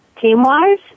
Team-wise